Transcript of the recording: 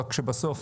רק כשבסוף,